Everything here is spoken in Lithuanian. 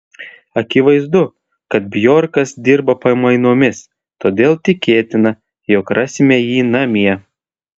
akivaizdu kad bjorkas dirba pamainomis todėl tikėtina jog rasime jį namie